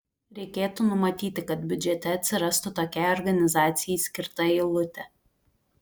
reikėtų numatyti kad biudžete atsirastų tokiai organizacijai skirta eilutė